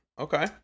okay